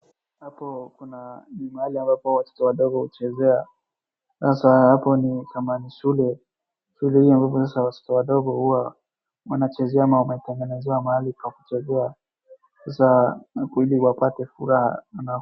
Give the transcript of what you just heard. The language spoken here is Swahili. Hapo kuna ni mahali ambapo watoto wadogo huchezea, sasa hapo ni kama ni shule, shule ambazo ni za watoto wadogo ambao hua wanachezea wanatengenezewa mahali pa kuchezea, sasa na ili wapate furaha na.